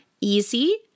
easy